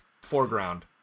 foreground